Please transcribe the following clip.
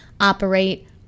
operate